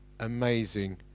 Amazing